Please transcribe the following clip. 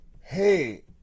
Hey